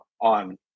on